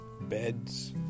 beds